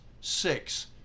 six